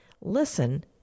Listen